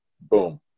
Boom